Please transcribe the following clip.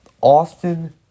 Austin